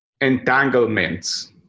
entanglements